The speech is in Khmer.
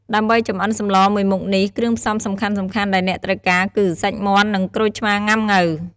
ដើម្បីចម្អិនសម្លមួយមុខនេះ គ្រឿងផ្សំសំខាន់ៗដែលអ្នកត្រូវការគឺ សាច់មាន់ និង ក្រូចឆ្មាងុាំង៉ូវ។